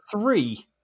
three